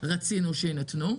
רצינו שיינתנו.